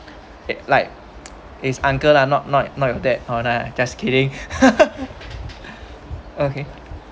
like is uncle lah not not not your dad or I just kidding okay